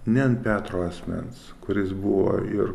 ne ant petro asmens kuris buvo ir